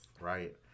right